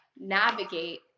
navigate